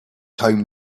home